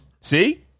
See